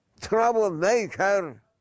troublemaker